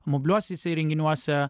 mobiliuosiuose įrenginiuose